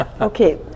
Okay